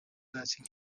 thirty